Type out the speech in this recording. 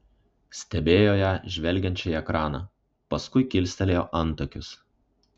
stebėjo ją žvelgiančią į ekraną paskui kilstelėjo antakius